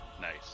Nice